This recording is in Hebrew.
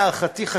להערכתי,